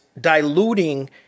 diluting